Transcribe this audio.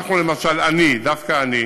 אנחנו, למשל, אני, דווקא אני,